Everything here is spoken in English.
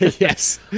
Yes